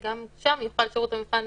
גם שם יוכל שירות המבחן